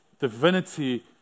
divinity